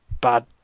Bad